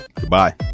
Goodbye